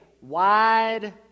wide